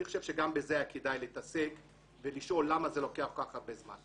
אני חושב שגם בזה היה כדאי להתעסק ולשאול למה זה לוקח כל כך הרבה זמן.